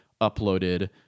uploaded